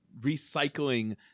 recycling